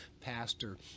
pastor